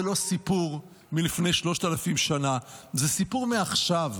זה לא סיפור מלפני 3,000 שנה, זה סיפור מעכשיו,